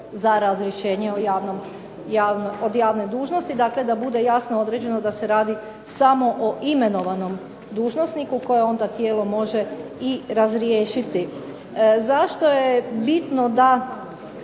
za razrješenjem od javne dužnosti. Dakle, da bude jasno određeno da se radi samo o imenovanom dužnosniku koje onda tijelo može i razriješiti. Zašto je bitno da